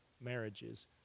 marriages